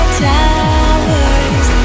towers